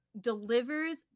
delivers